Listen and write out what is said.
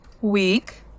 week